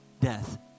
death